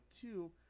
two